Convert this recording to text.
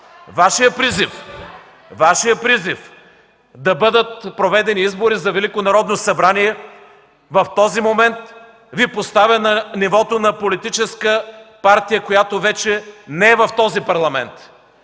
Вашият призив да бъдат проведени избори за Велико народно събрание в този момент, Ви поставя на нивото на политическа партия, която вече не е в този парламент,